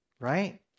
right